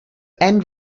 end